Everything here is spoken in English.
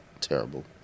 terrible